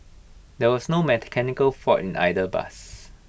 there was no mechanical fault in either bus